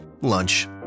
Lunch